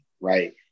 Right